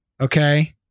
Okay